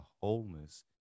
wholeness